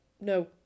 no